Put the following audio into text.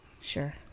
Sure